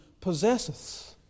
possesseth